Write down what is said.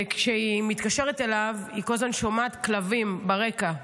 וכשהיא מתקשרת אליו היא כל הזמן שומעת כלבים ברקע,